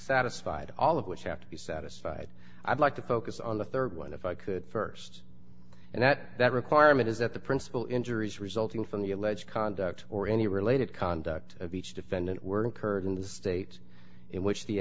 satisfied all of which have to be satisfied i'd like to focus on the rd one if i could st and that that requirement is that the principal injuries resulting from the alleged conduct or any related conduct of each defendant were incurred in the state in which the